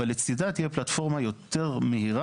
אבל לצידה תהיה פלטפורמה יותר מהירה